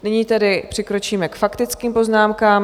Nyní tedy přikročíme k faktickým poznámkám.